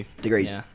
degrees